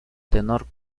tenor